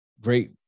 great